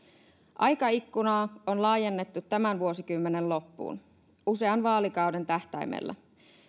aikaikkunaa on laajennettu tämän vuosikymmenen loppuun usean vaalikauden tähtäimellä